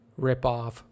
ripoff